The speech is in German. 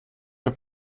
der